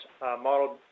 model